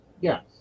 Yes